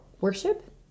worship